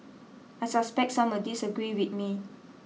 I suspect some will disagree with me